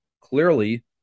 Clearly